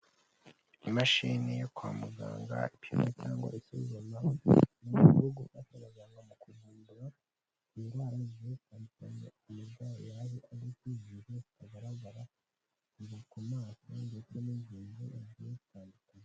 imashini yo kwa muganga ikeneye cyangwa ikima mu gihugu akajyanwa mu guhindura indwara zitandukanyekanya amagare yaba azi kwi igihe hagaragara kuva ku maso ndetse n'ingingointu zi bitandukanye